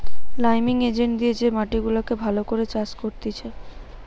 liming agent দিয়ে যে মাটি গুলাকে ভালো করে চাষ করতিছে